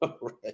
right